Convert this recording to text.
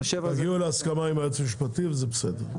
תגיעו להסכמה עם היועץ המשפטי וזה בסדר.